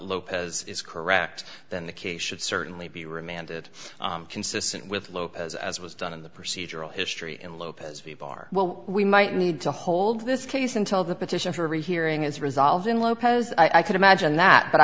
lopez is correct then the case should certainly be remanded consistent with local as was done in the procedural history and lopez v bar well we might need to hold this case until the petition for a rehearing is resolved in lopez i could imagine that but i